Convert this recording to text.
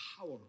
power